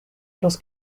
los